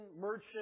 merchant